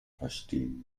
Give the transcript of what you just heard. verstehen